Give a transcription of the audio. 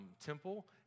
temple